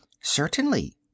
Certainly